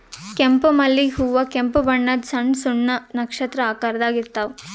ಕೆಂಪ್ ಮಲ್ಲಿಗ್ ಹೂವಾ ಕೆಂಪ್ ಬಣ್ಣದ್ ಸಣ್ಣ್ ಸಣ್ಣು ನಕ್ಷತ್ರ ಆಕಾರದಾಗ್ ಇರ್ತವ್